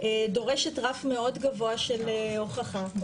דורשת רף מאוד גבוה של הוכחה.